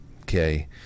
Okay